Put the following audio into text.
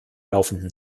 laufenden